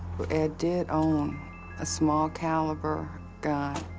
ed did own a small-caliber gun.